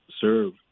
serve